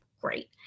great